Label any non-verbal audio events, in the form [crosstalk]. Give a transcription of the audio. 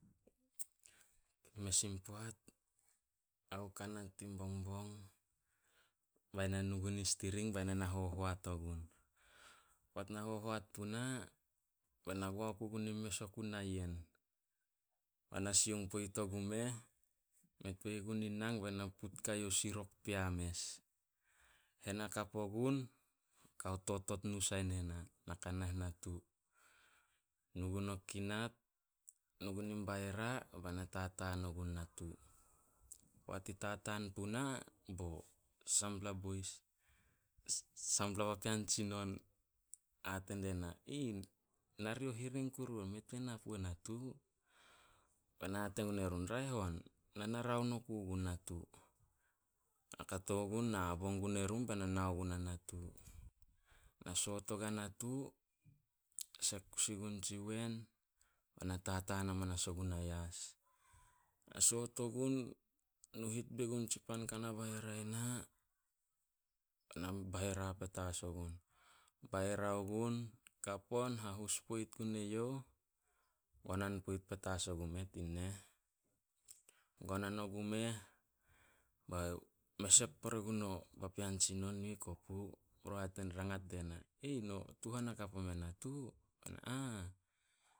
Mes in poat, na ku kanat tin bongbong, bai na nu gun stiring bai na na hohoat ogun. Poat na hohoat puna, bai na goa oku gun i mes oku i na yen. Bai na sioung poit ogumeh, me toi gun in nang bai na put guai youh o sirok pea mes. Hen hakap ogun, kao totot nu sai ne na. Na ka nah natu. Nu gun o kinat, nu gun in baira ba na tataan ogun natu. Poat i tataan puna bo [unintelligible] sampla papean tsinon hate die na, [unintelligible] "Narioh hiring kuru on mei tuan na puo natu." Bai na hate gun erun, "Raeh on, na na raon oku gun natu." [unintelligible] Kato gun nabo gun erun, nao gun natu. [noise] Baira ogun, kap on hahus poit gun eyouh, gonan poit hamanas ogumeh tin neh. Gonan ogumeh, [unintelligible] me sep pore gun o papean tsinon yu ih kopu. Be run [hesitation] rangat die na, [unintelligible] "No tuhan hakap omea natu." Bai na, "Ah."